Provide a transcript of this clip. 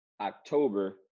October